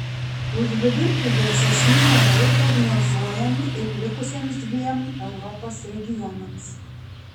už vidurkį vėsesni orai prognozuojami ir likusiems dviem europos regionams